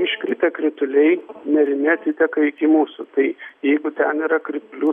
iškritę krituliai nerimi atiteka iki mūsų tai jeigu ten yra kritulių